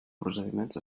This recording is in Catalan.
procediments